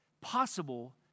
possible